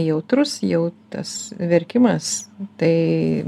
jautrus jau tas verkimas tai